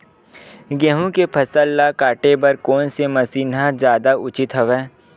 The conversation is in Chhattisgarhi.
गेहूं के फसल ल काटे बर कोन से मशीन ह जादा उचित हवय?